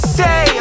say